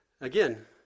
Again